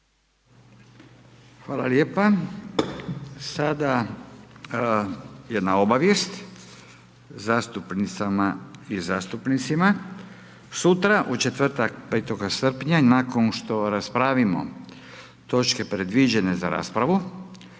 Hvala lijepo. Sada jedna obavijest zastupnicama i zastupnicima. Sutra u četvrtak 5. srpnja, nakon što raspravimo točke predviđene za raspravu,